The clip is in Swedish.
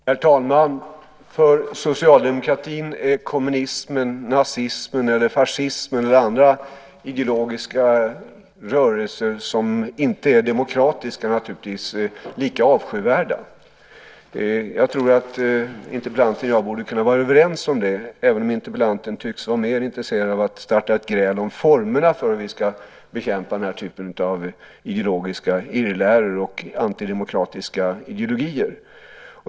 Herr talman! För socialdemokratin är kommunismen, nazismen, fascismen eller andra ideologiska rörelser som inte är demokratiska naturligtvis lika avskyvärda. Jag tror att interpellanten och jag borde kunna vara överens om det, även om interpellanten tycks vara mer intresserad av att starta ett gräl om formerna för hur vi ska bekämpa den typen av ideologiska irrläror och antidemokratiska ideologier.